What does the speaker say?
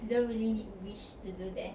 don't really need wish to do that